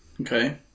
Okay